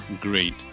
Great